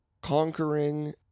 conquering